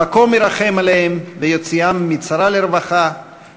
המקום ירחם עליהם ויוציאם מצרה לרווחה,